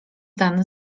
dan